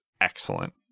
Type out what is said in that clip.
excellent